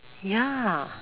ya